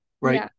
right